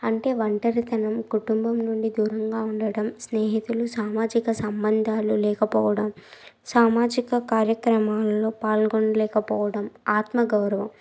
అంటే ఒంటరితనం కుటుంబం నుండి దూరంగా ఉండడం స్నేహితులు సామాజిక సంబంధాలు లేకపోవడం సామాజిక కార్యక్రమాలలో పాల్గొనలేకపోవడం ఆత్మగౌరవం